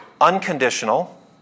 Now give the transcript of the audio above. unconditional